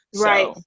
Right